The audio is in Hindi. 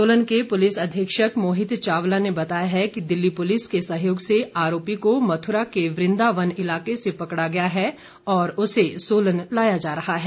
सोलन के पुलिस अधीक्षक मोहित चावला ने बताया है कि दिल्ली पुलिस के सहयोग से आरोपी को मथुरा के वृदावन इलाके से पकडा गया है और उसे सोलन लाया जा रहा है